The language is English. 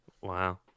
Wow